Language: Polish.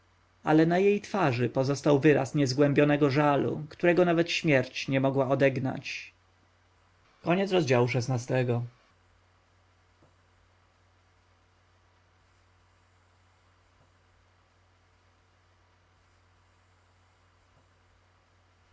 ale na jej twarzy pozostał wyraz niezgłębionego żalu którego nawet śmierć nie mogła odegnać